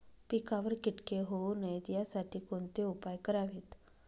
पिकावर किटके होऊ नयेत यासाठी कोणते उपाय करावेत?